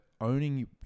owning